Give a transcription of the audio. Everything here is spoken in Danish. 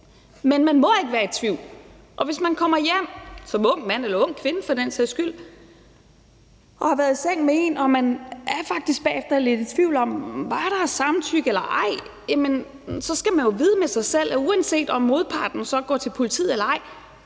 Men man må ikke være i tvivl. Hvis man som ung mand, eller ung kvinde for den sags skyld, kommer hjem efter at have været i seng med en og man bagefter faktisk er lidt i tvivl om, om der var samtykke eller ej, så skal man jo vide med sig selv, at uanset om modparten så går til politiet eller ej,